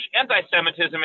Anti-Semitism